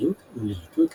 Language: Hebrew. בשיטתיות ולהיטות למשימה.